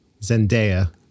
Zendaya